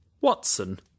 Watson